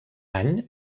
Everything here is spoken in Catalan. any